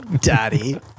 Daddy